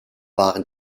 waren